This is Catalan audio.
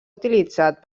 utilitzat